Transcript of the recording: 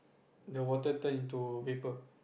the water turn into vapour